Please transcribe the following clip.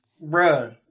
bro